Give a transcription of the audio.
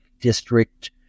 district